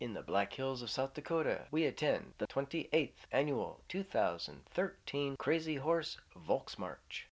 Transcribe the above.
in the black hills of south dakota we attend the twenty eighth annual two thousand and thirteen crazy horse folks march